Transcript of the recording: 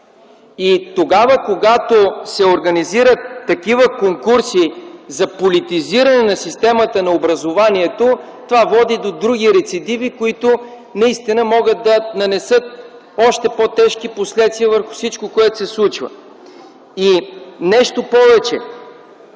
И тогава, когато се организират такива конкурси за политизиране на системата на образованието, това води до други рецидиви, които наистина могат да нанесат още по-тежки последствия върху всичко, което се случва. Нещо повече,